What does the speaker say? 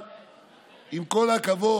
הזו,